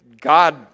God